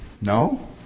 No